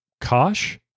Kosh